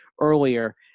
earlier